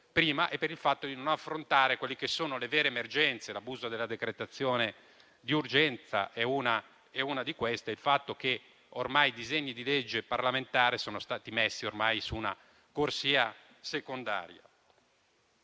prima e per il fatto di non affrontare le vere emergenze. L'abuso della decretazione di urgenza è una di queste insieme al fatto che, ormai, i disegni di legge parlamentare sono stati messi su una corsia secondaria.